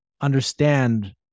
understand